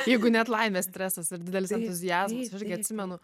jeigu net laimės stresas ir didelis entuziazmas irgi atsimenu